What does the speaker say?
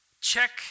Check